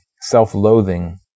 self-loathing